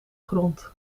grond